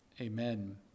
amen